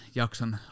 jakson